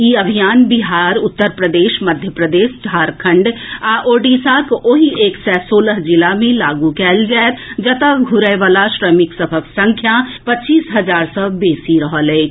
ई अभियान बिहार उत्तर प्रदेश मध्य प्रदेश झारंखड आ ओडिशाक ओहि एक सय सोलह जिला मे लागू कएल जाएत जतऽ घूरएवला श्रमिक सभक संख्या पच्चीस हजार सँ बेसी रहल अछि